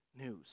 news